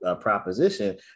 proposition